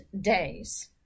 days